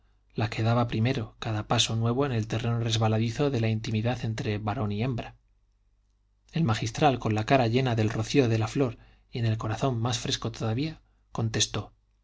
la que daba primero cada paso nuevo en el terreno resbaladizo de la intimidad entre varón y hembra el magistral con la cara llena del rocío de la flor y el corazón más fresco todavía contestó